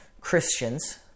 Christians